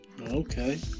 okay